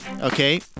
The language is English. okay